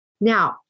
Now